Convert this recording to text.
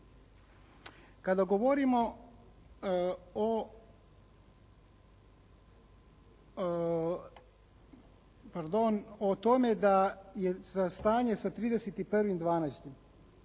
Kada govorimo o tome da je stanje sa 31.12.